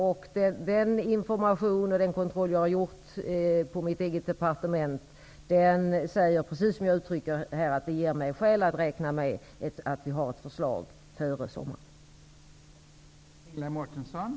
Den information som jag har lämnat och den kontroll som jag har gjort på mitt eget departement ger mig skäl att, som jag själv har uttryckt, räkna med att ett förslag skall föreligga före sommaren.